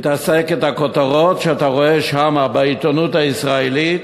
הכותרות שאתה רואה בעיתונות הישראלית,